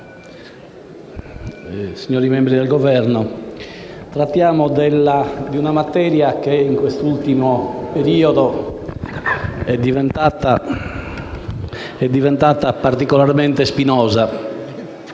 signori membri del Governo, parliamo di una materia che in questo ultimo periodo è diventata particolarmente spinosa